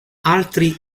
altri